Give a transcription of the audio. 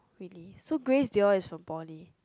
really so Grace they all is for poly